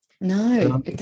No